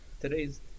Today's